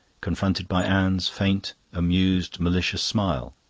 confronted by anne's faint, amused, malicious smile.